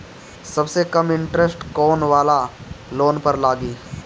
सबसे कम इन्टरेस्ट कोउन वाला लोन पर लागी?